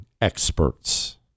experts